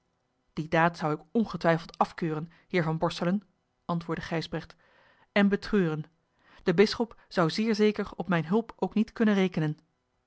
die daad zou ik ongetwijfeld afkeuren heer van borselen antwoordde gijsbrecht en betreuren de bisschop zou zeer zeker op mijne hulp ook niet kunnen rekenen